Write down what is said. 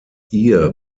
ihr